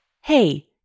Hey